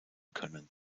können